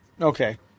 okay